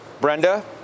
Brenda